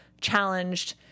challenged